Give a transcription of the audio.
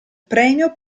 premio